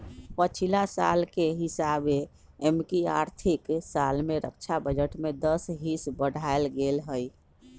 पछिला साल के हिसाबे एमकि आर्थिक साल में रक्षा बजट में दस हिस बढ़ायल गेल हइ